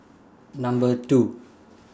Number two